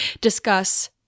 discuss